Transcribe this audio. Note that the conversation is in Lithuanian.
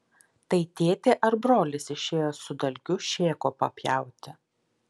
tai tėtė ar brolis išėjo su dalgiu šėko papjauti